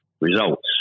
results